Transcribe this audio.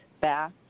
back